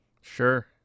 Sure